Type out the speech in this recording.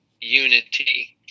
unity